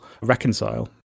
reconcile